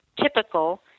typical